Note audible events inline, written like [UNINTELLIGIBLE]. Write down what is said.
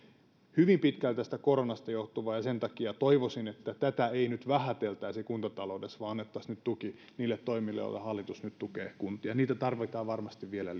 hyvin pitkälle tästä koronasta johtuvaa ja sen takia toivoisin että tätä ei nyt vähäteltäisi kuntataloudessa vaan annettaisiin nyt tuki niille toimille joilla hallitus nyt tukee kuntia niitä tarvitaan varmasti vielä [UNINTELLIGIBLE]